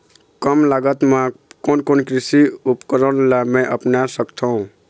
कम लागत मा कोन कोन कृषि उपकरण ला मैं अपना सकथो?